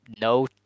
no